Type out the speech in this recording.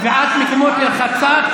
קביעת מקומות לרחצה.